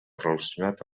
relacionat